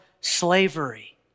slavery